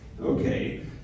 Okay